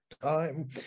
time